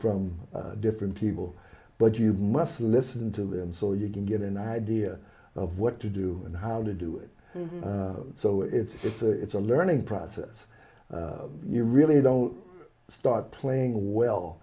from different people but you must listen to them so you can get an idea of what to do and how to do it so it's it's a learning process you really don't start playing well